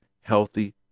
healthy